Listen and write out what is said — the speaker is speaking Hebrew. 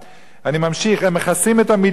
אני ממשיך: הם מכסים את המדשאות,